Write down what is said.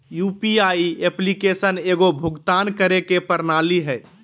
UPI application एगो भुक्तान करे के प्रणाली हइ